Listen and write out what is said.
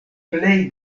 plej